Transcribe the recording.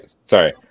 Sorry